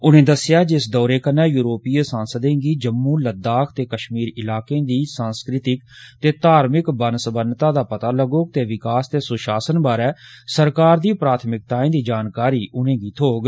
उनें दस्सेआ जे इस दौरे कन्नै यूरोपीय सांसदें गी जम्मू लद्दाख ते कश्मीर इलाकें दी सांस्कृतिक ते धार्मिक विभिन्नता दा पता लग्गोग ते विकास ते सुशासन बारे सरकार दी प्राथमिकताएं दी जानकारी बी उनें गी थ्होग